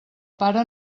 pare